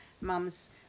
Mum's